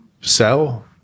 sell